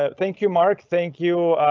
ah thank you, mark! thank you.